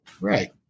Right